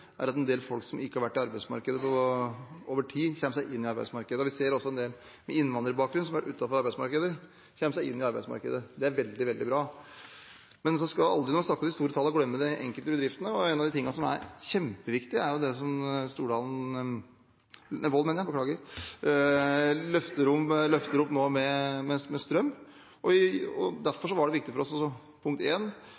folk som over tid ikke har vært i arbeidsmarkedet, kommer seg inn i arbeidsmarkedet. Vi ser også at en del med innvandrerbakgrunn som har vært utenfor arbeidsmarkedet, kommer seg inn i arbeidsmarkedet. Det er veldig, veldig bra. Men når man snakker om de store tallene, skal man aldri glemme de enkelte bedriftene. Og noe av det som er kjempeviktig, er det Wold løfter opp nå med strøm. Derfor var det viktig for oss, punkt én, å gjøre varige endringer i